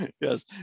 yes